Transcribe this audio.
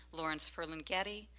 lawrence ferlinghetti.